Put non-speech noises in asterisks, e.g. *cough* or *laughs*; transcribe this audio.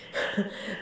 *laughs*